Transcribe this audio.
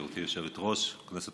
גברתי היושבת-ראש, כנסת